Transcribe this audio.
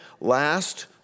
last